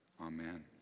Amen